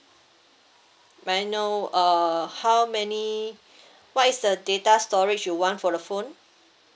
may I know uh how many what is the data storage you want for the phone